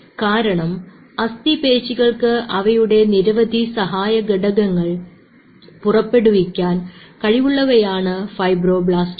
കാരണം അസ്ഥിപേശികൾക്ക് ആവശ്യമായ നിരവധി സഹായ ഘടകങ്ങൾ പുറപ്പെടുവിക്കാൻ കഴിവുള്ളവയാണ് ഫൈബ്രോബ്ലാസ്റ്റുകൾ